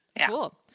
Cool